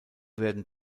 werden